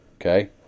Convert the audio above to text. Okay